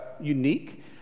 unique